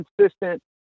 consistent